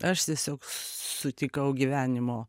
aš tiesiog sutikau gyvenimo